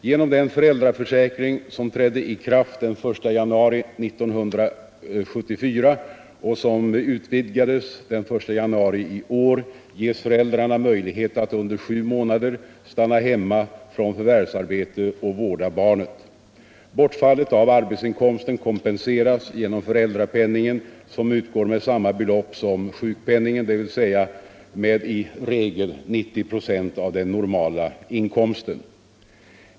Genom den föräldraförsäkring som trädde i kraft den I januari 1974 och som utvidgades den 1 januari i år ges föräldrarna möjlighet att under sju månader stanna hemma från förvärvsarbete och vårda barnet. Bortfallet av arbetsinkomsten kompenseras genom föräldrapenningen, som utgår med samma belopp som sjukpenningen, dvs. med i regel 90 96 av den normala inkomsten.